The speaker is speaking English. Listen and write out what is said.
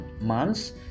months